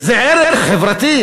זה ערך חברתי,